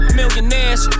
millionaires